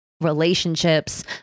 relationships